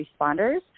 responders